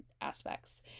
aspects